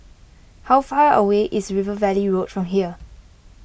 how far away is River Valley Road from here